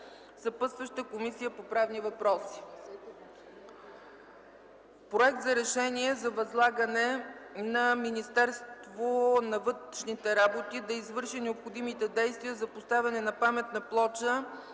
е и на Комисията по правни въпроси. Проект за Решение за възлагане на Министерството на външните работи да извърши необходимите действия за поставяне на паметна плоча